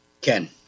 Ken